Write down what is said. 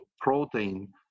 protein